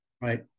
Right